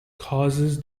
causes